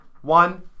one